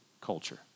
culture